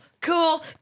Cool